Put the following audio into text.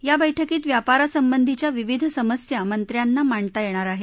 या बैठकीत व्यापारा संबंधीच्या विविध समस्या मंत्र्यांना मांडता येणार आहेत